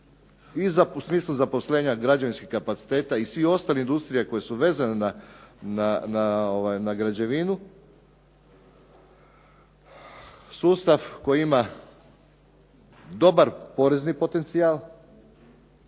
i u smislu zaposlenja građevinskih kapaciteta i sve ostale industrije koje su vezane na građevinu, sustav koji ima dobar porezni potencijal,